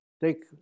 take